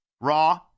raw